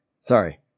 Sorry